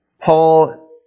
Paul